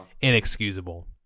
inexcusable